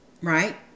Right